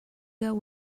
girl